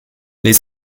les